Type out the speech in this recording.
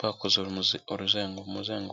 bakoze umuzenguruko.